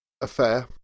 affair